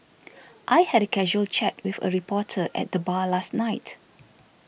I had a casual chat with a reporter at the bar last night